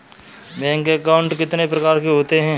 Bank account कितने प्रकार के होते हैं?